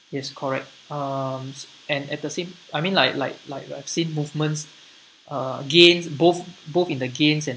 yes correct um and at the same I mean like like like I've seen movements uh gains both both in the gains